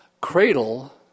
cradle